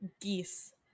geese